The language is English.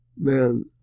man